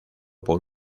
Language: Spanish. por